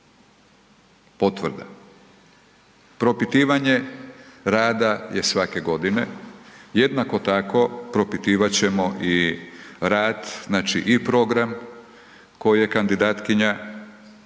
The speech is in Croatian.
potvrda. Propitivanje rada je svake godine, jednako tako, propitivat ćemo i rad znači i program koje je kandidatkinja